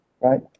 right